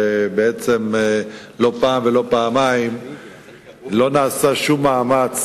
ובעצם לא פעם ולא פעמיים לא נעשה שום מאמץ